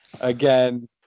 again